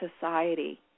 society